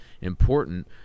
important